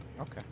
Okay